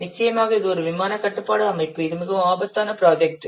நிச்சயமாக இது ஒரு விமான கட்டுப்பாட்டு அமைப்பு இது மிகவும் ஆபத்தான ப்ராஜெக்ட்